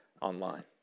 online